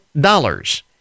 dollars